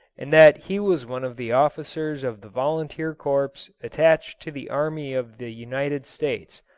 and that he was one of the officers of the volunteer corps attached to the army of the united states,